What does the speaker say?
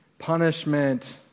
Punishment